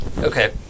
Okay